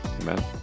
Amen